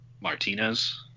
Martinez